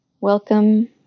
Welcome